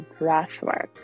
breathwork